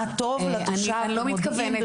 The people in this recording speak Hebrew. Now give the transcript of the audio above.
מה טוב לתושב במודיעין,